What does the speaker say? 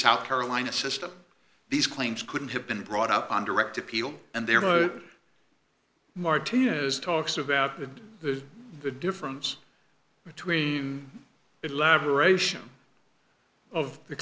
south carolina system these claims couldn't have been brought up on direct appeal and there are no martinez talks about it and the difference between elaboration of the